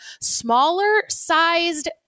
smaller-sized